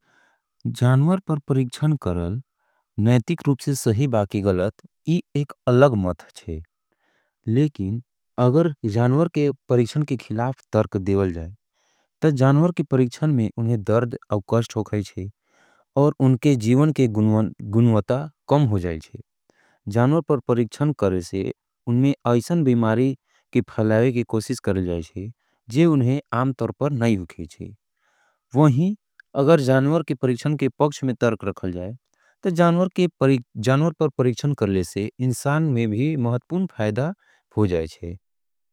जान्वर पर परिक्षन करल, नयतिक रूप से सही बाके गलत, ये एक अलग मध है। लेकिन, अगर जान्वर के परिक्षन के खिलाफ तरक देवल जाए, तो जान्वर के परिक्षन में उन्हें दर्ध अवकॉष्ट हो गई छे, और उन्हें जीवन के गुन्वता कम हो जाए छे। जान्वर पर परिक्षन करले से, उन्हें ऐसन बिमारी के फ़लावे के कोशिश करले जाए छे, जे उन्हें आम तरपर नहीं होगे छे।